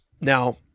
Now